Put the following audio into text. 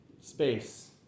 space